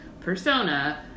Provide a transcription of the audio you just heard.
persona